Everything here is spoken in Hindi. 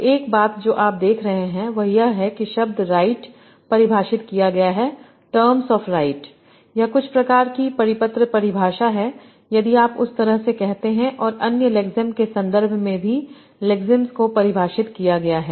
तो एक बात जो आप देख रहे हैं वह यह है कि शब्द राइट परिभाषित किया गया है टर्म्स ऑफ़ राइट यह कुछ प्रकार की परिपत्र परिभाषा है यदि आप उस तरह से कहते हैं और अन्य लेक्सम के संदर्भ में भी लेक्सिम्स को परिभाषित किया गया है